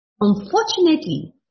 Unfortunately